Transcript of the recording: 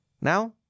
Now